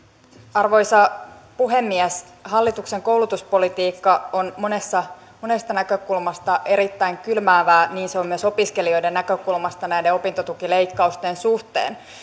arvoisa puhemies hallituksen koulutuspolitiikka on monesta näkökulmasta erittäin kylmäävää niin se on myös opiskelijoiden näkökulmasta näiden opintotukileikkausten suhteen